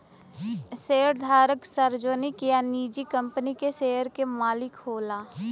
शेयरधारक सार्वजनिक या निजी कंपनी के शेयर क मालिक होला